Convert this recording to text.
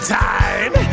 time